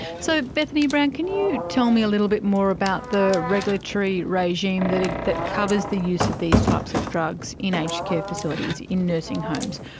so, bethany brown, can you tell me a little bit more about the regulatory regime that ah that covers the use of these types of drugs in aged care facilities, in nursing homes?